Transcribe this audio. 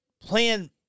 plan